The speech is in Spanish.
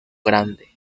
grande